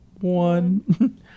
one